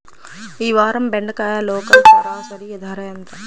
ఈ వారం బెండకాయ లోకల్ సరాసరి ధర ఎంత?